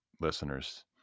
listeners